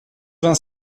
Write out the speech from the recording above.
vingt